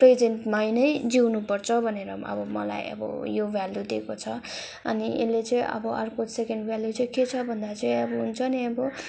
प्रेजेन्टमै नै जिउनु पर्छ भनेर अब मलाई अब यो भेल्यू दिएको छ अनि यसले चाहिँ अब अर्को सेकेन्ड भेल्यू चाहिँ के छ भन्दा चाहिँ अब हुन्छ नि अब